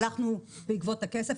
הלכנו בעקבות הכסף,